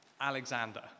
Alexander